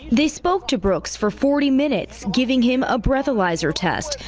they spoke to brooks for forty minutes giving him a breathalyzer test.